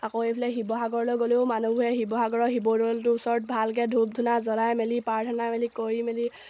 অকৌ এইফালে শিৱসাগৰলৈ গ'লেও মানুহবোৰে শিৱসাগৰৰ শিৱদৌলটোৰ ওচৰত ভালকৈ ধূপ ধূনা জ্বলাই মেলি প্ৰাৰ্থনা মেলি কৰি মেলি